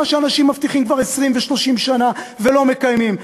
מה שאנשים מבטיחים כבר 20 ו-30 שנה ולא מקיימים,